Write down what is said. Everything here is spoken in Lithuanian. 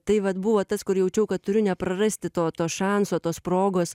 tai vat buvo tas kur jaučiau kad turiu neprarasti to to šanso tos progos